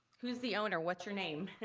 who's the owner, what's your name?